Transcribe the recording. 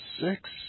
six